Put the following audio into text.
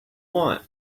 want